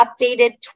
updated